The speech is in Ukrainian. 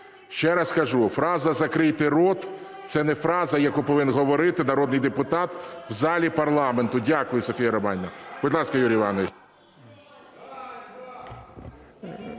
Ще раз кажу, фраза "закрийте рот" – це не фраза, яку повинен говорити народний депутат в залі парламенту. Дякую, Софія Романівна. Будь ласка, Юрій Іванович.